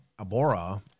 Abora